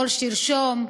"תמול שלשום"